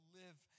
live